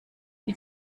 die